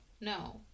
no